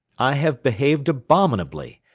i have behaved abominably.